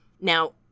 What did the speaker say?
Now